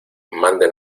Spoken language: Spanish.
mande